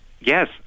Yes